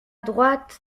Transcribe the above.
droite